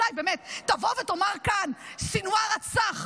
אולי באמת תבוא ותאמר כאן: סנוואר רצח,